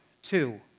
Two